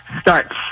start